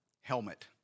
helmet